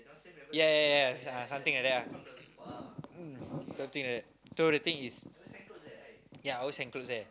ya ya ya ah something like that ah mm something like that so the thing is ya i always hang clothes there